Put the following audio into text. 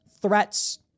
threats